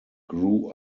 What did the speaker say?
grew